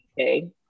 okay